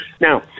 now